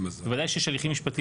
בוודאי שכשיש הליכים משפטיים,